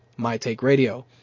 MyTakeRadio